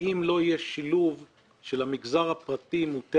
אבל אם לא יהיה שילוב של המגזר הפרטי מוטה